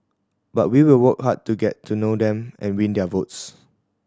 but we will work hard to get to know them and win their votes